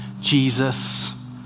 Jesus